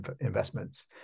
investments